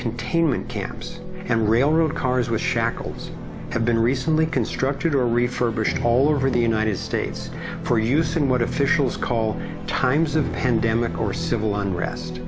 containment camps and railroad cars with shackles have been recently constructed or refurbished all over the united states for use in what officials call times of pandemic or civil unrest